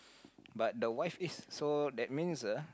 but the wife is so that means uh